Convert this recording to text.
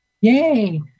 Yay